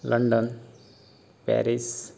London Paris